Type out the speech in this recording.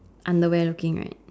underwear looking right